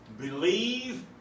Believe